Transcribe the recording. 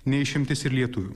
ne išimtis ir lietuvių